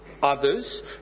Others